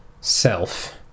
self